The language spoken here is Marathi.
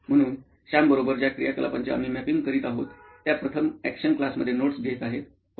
म्हणून सॅम बरोबर ज्या क्रियाकलापांचे आम्ही मॅपिंग करीत आहोत त्या प्रथम अॅक्शन क्लासमध्ये नोट्स घेत आहेत होय